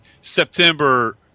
September